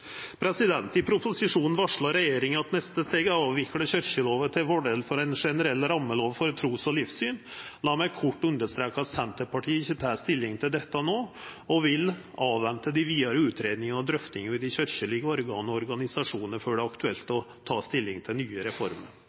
I proposisjonen varslar regjeringa at det neste steget er å avvikla kyrkjeloven til fordel for ein generell rammelov for tru og livssyn. Lat meg kort understreka at Senterpartiet ikkje tek stilling til dette no, og vil venta på dei vidare utgreiingane og drøftingane i dei kyrkjelege organa og organisasjonane før det er aktuelt å ta stilling til nye reformer.